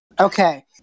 Okay